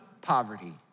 poverty